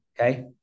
Okay